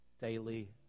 daily